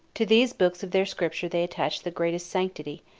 to these books of their scripture they attach the greatest sanctity,